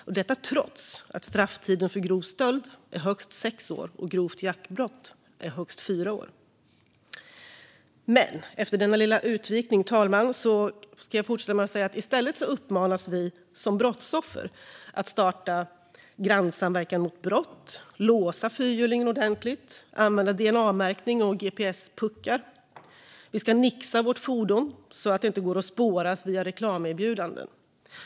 Det gjordes trots att strafftiden för grov stöld är högst sex år och grovt jaktbrott är högst fyra år. Fru talman! I stället uppmanas vi som brottsoffer att starta grannsamverkan mot brott, låsa fyrhjulingen ordentligt, använda dna-märkning och gps-puckar. Vi ska nixa vårt fordon så det inte går att spåra via reklamerbjudanden.